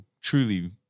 truly